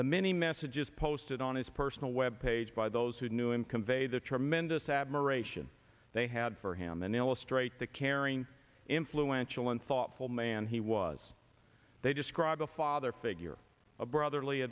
the many messages posted on his personal web page by those who knew him convey the tremendous admiration they had for him and illustrate that caring influential and thoughtful man he was they describe a father figure of brotherly